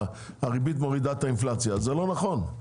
הריבית מורידה את האינפלציה אבל זה לא נכון.